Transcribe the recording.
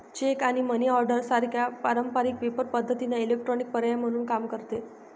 check आणि money order सारख्या पारंपारिक पेपर पद्धतींना इलेक्ट्रॉनिक पर्याय म्हणून काम करते